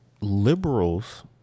liberals